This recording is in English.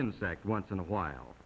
insect once in a while